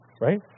right